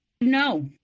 No